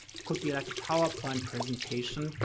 could be like a powerpoint presentation,